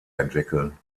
entwickeln